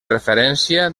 referència